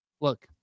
Look